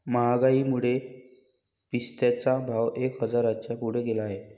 महागाईमुळे पिस्त्याचा भाव एक हजाराच्या पुढे गेला आहे